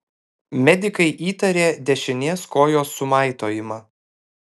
medikai įtarė dešinės kojos sumaitojimą